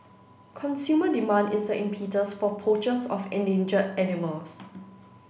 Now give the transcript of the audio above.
consumer demand is the impetus for poachers of endangered animals